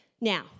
Now